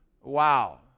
Wow